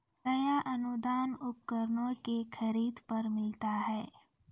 कया अनुदान उपकरणों के खरीद पर मिलता है?